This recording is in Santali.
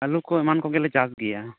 ᱟᱞᱩᱠᱚ ᱮᱢᱟᱱ ᱠᱚᱜᱮᱞᱮ ᱪᱟᱥ ᱜᱮᱭᱟ